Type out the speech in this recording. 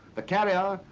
the carrier,